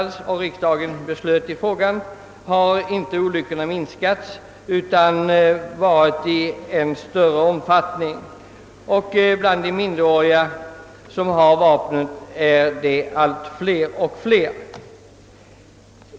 Sedan detta riksdagsbeslut har olyckornas antal inte minskat, utan olyckor av detta slag förekommer nu i än större omfattning och antalet minderåriga som innehar vapen blir allt större.